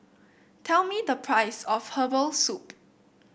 tell me the price of Herbal Soup